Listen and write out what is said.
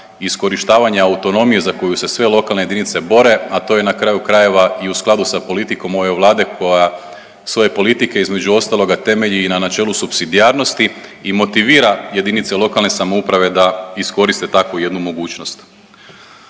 iskorištavanje autonomije za koju se sve lokalne jedinice bore, a to je na kraju krajeva i u skladu sa politikom ove Vlade koja svoje politike između ostaloga temelji i na načelu supsidijarnosti i motivira JLS da koriste takvu jednu mogućnost.